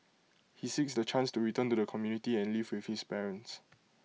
he seeks the chance to return to the community and live with his parents